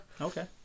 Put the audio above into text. Okay